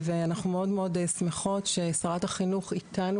אנחנו מאוד שמחות ששרת החינוך איתנו